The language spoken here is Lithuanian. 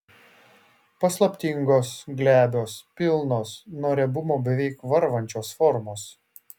paslaptingos glebios pilnos nuo riebumo beveik varvančios formos